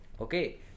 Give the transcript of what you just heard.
Okay